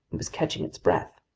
it was catching its breath!